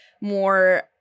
more